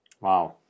Wow